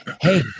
hey